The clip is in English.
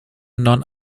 non